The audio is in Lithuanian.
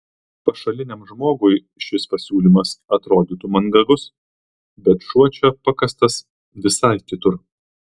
pašaliniam žmogui šis pasiūlymas atrodytų mandagus bet šuo čia pakastas visai kitur